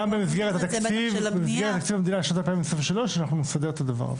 גם במסגרת תקציב המדינה לשנת 2023 אנחנו נסדר את הדבר הזה.